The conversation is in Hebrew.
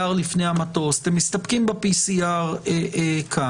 לפני העלייה למטוס ואתם מסתפקים בבדיקת PCR כאן,